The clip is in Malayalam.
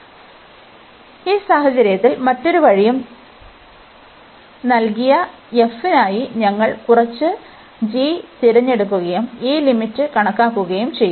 അതിനാൽ ഈ സാഹചര്യത്തിൽ മറ്റേതൊരു വഴിക്കും നൽകിയ f നായി ഞങ്ങൾ കുറച്ച് g തിരഞ്ഞെടുക്കുകയും ഈ ലിമിറ്റ് കണക്കാക്കുകയും ചെയ്യും